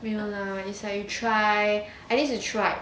没有 lah it's like you try at least you try